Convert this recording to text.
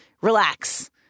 relax